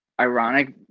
ironic